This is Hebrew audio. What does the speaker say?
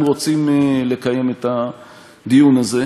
אם רוצים לקיים את הדיון הזה.